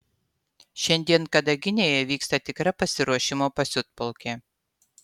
šiandien kadaginėje vyksta tikra pasiruošimo pasiutpolkė